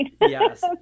Yes